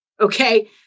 Okay